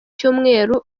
cyumweru